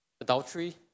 Adultery